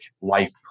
life